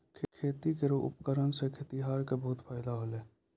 खेती केरो उपकरण सें खेतिहर क बहुत फायदा होलय